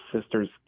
sister's